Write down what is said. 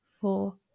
four